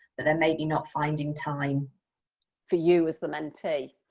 that they're maybe not finding time for you as the mentee?